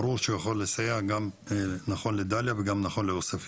ברור שהוא יכול לסייע גם נכון לדאליה וגם לעוספיה.